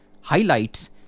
highlights